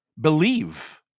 believe